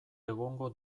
egongo